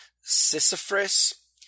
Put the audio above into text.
Sisyphus